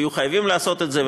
ויהיו חייבות לעשות את זה,